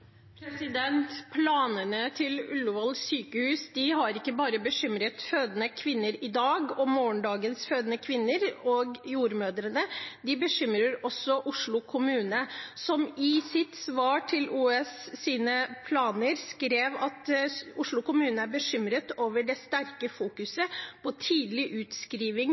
Planene til Ullevål sykehus har ikke bare bekymret fødende kvinner i dag, morgendagens fødende kvinner og jordmødrene, de bekymrer også Oslo kommune, som i sitt svar til OUS sine planer skrev: «Oslo kommune er bekymret over det sterke fokuset på tidlig utskriving